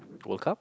World Cup